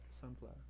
Sunflower